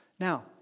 Now